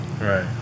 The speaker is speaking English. Right